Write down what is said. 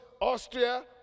austria